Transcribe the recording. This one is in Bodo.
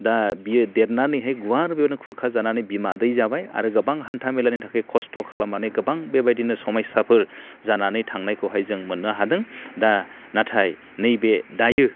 दा बियो देरनानैहाय गुवार बेयावनो खुरखाजानानै बिमा दै जाबाय आरो गोबां हान्थामेलानि थाखै खस्थ' खालामनानै गोबां बेबायदिनो समस्याफोर जानानै थांनायखौहाय जों मोननो हादों दा नाथाय नैबे दायो